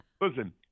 listen